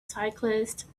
cyclists